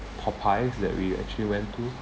popeyes that we actually went to